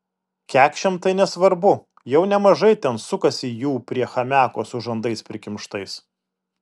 kekšėm tai nesvarbu jau nemažai ten sukasi jų prie chamiako su žandais prikimštais